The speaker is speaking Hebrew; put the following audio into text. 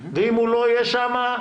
ואם הוא לא יהיה שם,